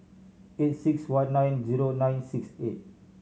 eight six one nine zero nine six eight